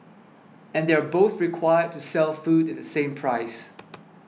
and they're both required to sell food at the same price